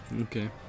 okay